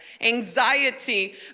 anxiety